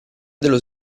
dello